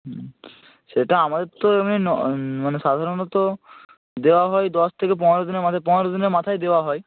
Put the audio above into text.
হুম সেটা আমাদের তো এমনি মানে সাধারণত দেওয়া হয় দশ থেকে পনেরো দিনের মাথায় পনেরো দিনের মাথায় দেওয়া হয়